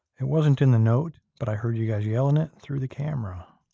it wasn't in the note, but i heard you guys yelling it through the camera.